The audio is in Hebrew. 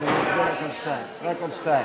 ולכן נצביע על סעיף 2 ועל סעיף 3(1)